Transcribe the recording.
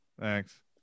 Thanks